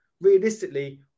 realistically